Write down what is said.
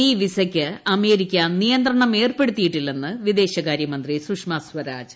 H one B വിസക്ക് America നിയന്ത്രണം ഏർപ്പെടുത്തിയിട്ടില്ലെന്ന് വിദേശകാര്യമന്ത്രി സുഷമ സിരാജ്